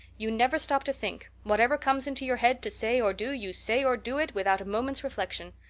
you never stop to think whatever comes into your head to say or do you say or do it without a moment's reflection.